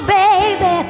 baby